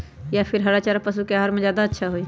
या फिर हरा चारा पशु के आहार में ज्यादा अच्छा होई?